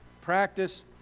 practice